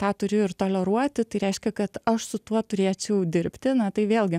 tą turiu ir toleruoti tai reiškia kad aš su tuo turėčiau dirbti na tai vėlgi